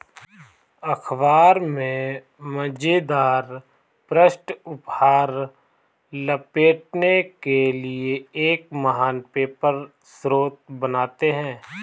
अख़बार में मज़ेदार पृष्ठ उपहार लपेटने के लिए एक महान पेपर स्रोत बनाते हैं